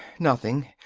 nothing.